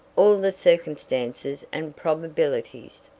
all the circumstances and probabilities,